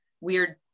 weird